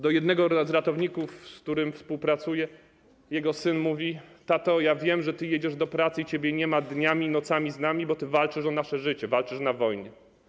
Do jednego z ratowników, z którym współpracuję, jego syn mówi: tato, ja wiem, że ty jedziesz do pracy i ciebie nie ma dniami i nocami z nami, bo ty walczysz o nasze życie, walczysz na wojnie.